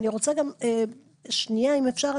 אני רוצה גם שנייה אם אפשר,